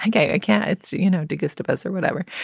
i guess a candidate's, you know, de gestapo's or whatever.